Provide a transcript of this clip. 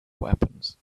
weapons